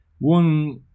one